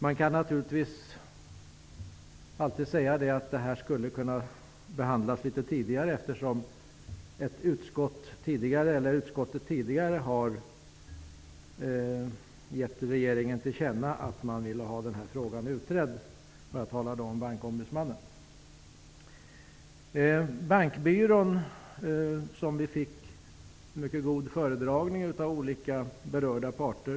Man kan naturligtvis anse att frågan kunde ha behandlats litet tidigare. Utskottet har ju tidigare gett regeringen till känna att man vill ha den här frågan utredd. Jag talar nu om Bankombudsmannen. Utskottet fick en mycket god föredragning om Bankbyrån av olika berörda parter.